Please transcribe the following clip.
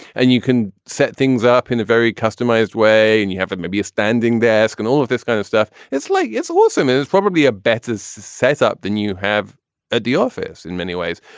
and you can set things up in a very customized way and you have it maybe a standing desk and all of this kind of stuff. it's like it's awesome. it's probably a better so setup than you have at the office. in many ways.